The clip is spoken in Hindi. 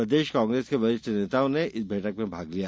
प्रदेश कांग्रेस के वरिष्ठ नेताओं ने इस बैठक में भाग लिया